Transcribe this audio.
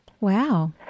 Wow